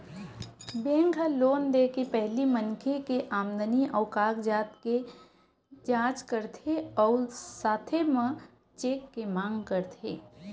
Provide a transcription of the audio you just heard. bank ह loan दे के पहिली मनखे के आमदनी अउ कागजात के जाँच करथे अउ साथे म चेक के मांग करथे